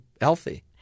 healthy